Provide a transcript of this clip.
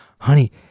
honey